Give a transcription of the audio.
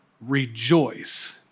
rejoice